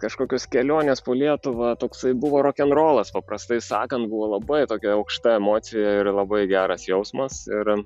kažkokios kelionės po lietuvą toksai buvo rokenrolas paprastai sakant buvo labai tokia aukšta emocija ir labai geras jausmas ir